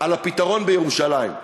על הפתרון בירושלים,